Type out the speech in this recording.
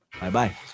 Bye-bye